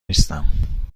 نیستم